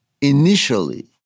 initially